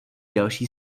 další